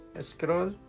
scroll